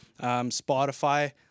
Spotify